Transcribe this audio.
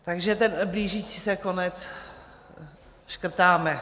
Takže ten blížící se konec škrtáme.